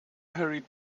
hurried